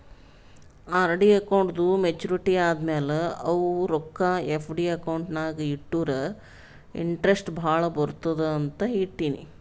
RD ಅಕೌಂಟ್ದೂ maturity ಆದಮ್ಯಾಲ ಅವು ರೊಕ್ಕಾ ಎಫ್.ಡಿ ಅಕೌಂಟ್ ನಾಗ್ ಇಟ್ಟುರ ಇಂಟ್ರೆಸ್ಟ್ ಭಾಳ ಬರ್ತುದ ಅಂತ್ ಇಟ್ಟೀನಿ